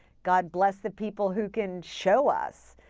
god bless the people who can show us.